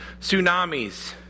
Tsunamis